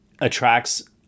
attracts